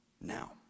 now